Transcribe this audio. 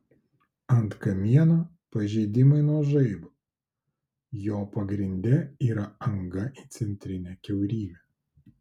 ant kamieno pažeidimai nuo žaibo jo pagrinde yra anga į centrinę kiaurymę